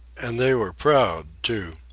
and they were proud, too.